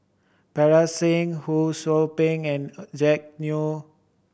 Parga Singh Ho Sou Ping and Jack Neo